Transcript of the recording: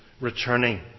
returning